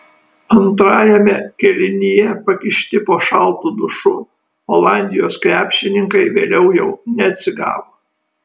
antrajame kėlinyje pakišti po šaltu dušu olandijos krepšininkai vėliau jau neatsigavo